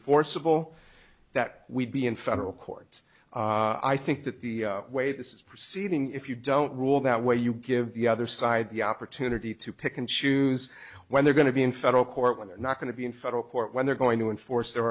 forcible that we'd be in federal court i think that the way this is proceeding if you don't rule that way you give the other side the opportunity to pick and choose when they're going to be in federal court when they're not going to be in federal court when they're going to enforce the